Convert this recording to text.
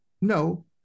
No